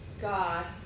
God